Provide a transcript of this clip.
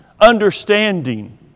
understanding